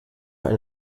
ein